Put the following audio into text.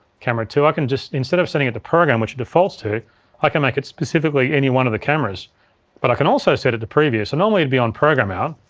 camera two, i can just, instead of setting it to program which it defaults to i can make it specifically any one of the cameras but i can also set it to preview. so normally it'd be on program out,